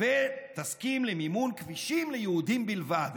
ותסכים למימון כבישים ליהודים בלבד,